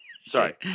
Sorry